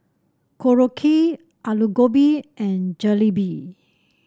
Korokke Alu Gobi and Jalebi